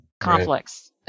conflicts